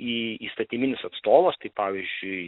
į įstatyminis atstovas tai pavyzdžiui